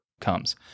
comes